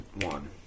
one